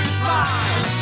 smile